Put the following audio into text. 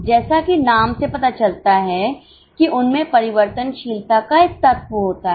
जैसा कि नाम से पता चलता है कि उनमें परिवर्तनशीलता का एक तत्व होता है